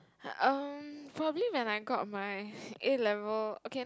mm um probably when I got my A-level okay